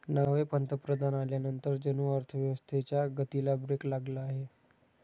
नवे पंतप्रधान आल्यानंतर जणू अर्थव्यवस्थेच्या गतीला ब्रेक लागला आहे